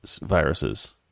viruses